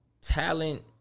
talent